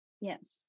Yes